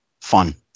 fun